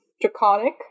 Draconic